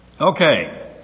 Okay